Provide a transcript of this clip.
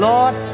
Lord